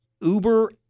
Uber